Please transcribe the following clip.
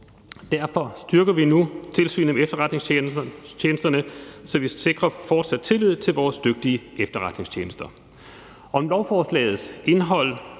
Derfor styrker vi nu tilsynet med efterretningstjenesterne, så vi sikrer fortsat tillid til vores dygtige efterretningstjenester. Om lovforslagets indhold